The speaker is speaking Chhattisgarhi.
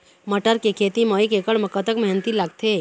मटर के खेती म एक एकड़ म कतक मेहनती लागथे?